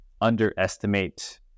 underestimate